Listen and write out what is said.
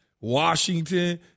Washington